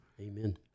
Amen